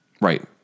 Right